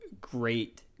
great